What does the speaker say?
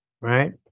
right